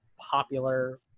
popular